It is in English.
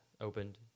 opened